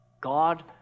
god